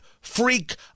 freak